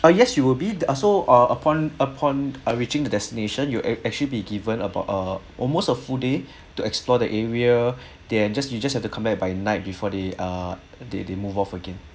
ah yes you will be uh so ah upon upon uh reaching the destination you act~ actually be given about uh almost a full day to explore the area then just you just have to come back by night before they uh they they move off again